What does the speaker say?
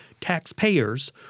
taxpayers